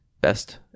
best